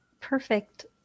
Perfect